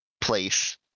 place